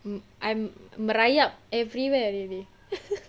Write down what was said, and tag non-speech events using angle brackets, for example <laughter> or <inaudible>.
mm I mm merayap everywhere already <laughs>